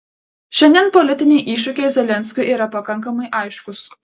šiandien politiniai iššūkiai zelenskiui yra pakankamai aiškūs